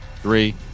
three